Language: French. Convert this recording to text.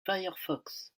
firefox